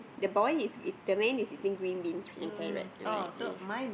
the boy is is the man is eating green beans inside right right ya